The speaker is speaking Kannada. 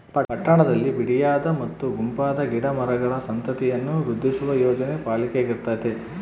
ಪಟ್ಟಣದಲ್ಲಿ ಬಿಡಿಯಾದ ಮತ್ತು ಗುಂಪಾದ ಗಿಡ ಮರಗಳ ಸಂತತಿಯನ್ನು ವೃದ್ಧಿಸುವ ಯೋಜನೆ ಪಾಲಿಕೆಗಿರ್ತತೆ